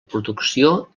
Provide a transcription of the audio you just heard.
producció